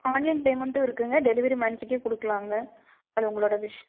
online பேமெண்ட்டும் இருக்குதுங்க delivery man கிட்டேயும் கொடுக்கலாங்க அது உங்களோடய விஷ்